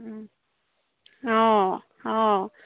অঁ অঁ